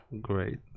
Great